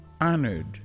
honored